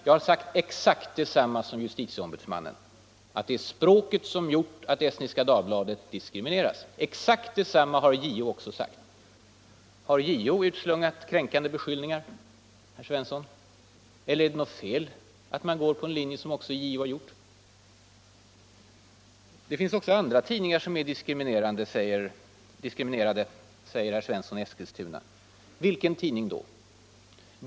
Jag har sagt exakt detsamma som justitieombudsmannen: att det är språket som gjort att Estniska Dagbladet diskriminerats. Har JO utslungat kränkande beskyllningar, herr Svensson? Är det fel att följa samma linje som JO? Det finns också andra tidningar som är diskriminerade, säger herr Svensson i Eskilstuna. Vilken tidning skulle det vara.